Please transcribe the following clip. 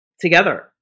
together